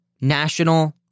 national